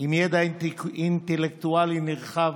עם ידע אינטלקטואלי נרחב,